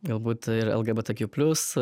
galbūt ir lgbtq plius